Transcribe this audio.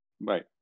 Right